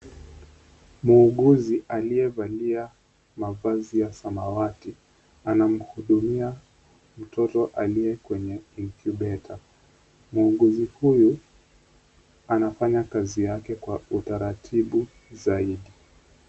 Muuguzi aliyevalia mavazi ya samawati anamhudumia mtoto aliye kwenye incubator muuguzi huyu anafanya kazi yake kwa utaratibu zaidi.